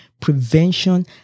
prevention